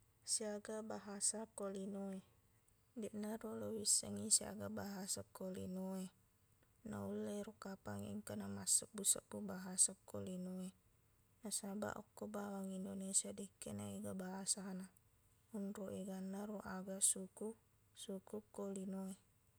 Siaga bahasa ko linowe deqnaro loissengngi siaga bahasa ko lino e naullero kapang engkana massebbu-sebbu bahasa ko linowe nasabaq okko bawang indonesia dekke naega bahasana onro egannaro aga suku-suku ko linowe